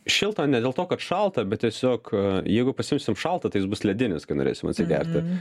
šiltą ne dėl to kad šalta bet tiesiog jeigu pasiimsim šaltą tai jis bus ledinis kai norėsim atsigerti